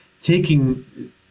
taking